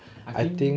I think